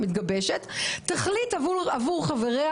רון, תם זמנך, תודה רבה.